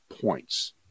points